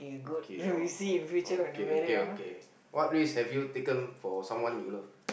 okay your okay okay okay what risk have you taken for someone you love